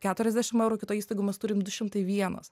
keturiasdešim eurų kitoj įstaigo mes turim du šimtai vienas